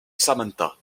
samantha